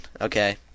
okay